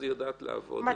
היא יודעת לעבוד,